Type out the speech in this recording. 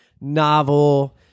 novel